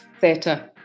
Theatre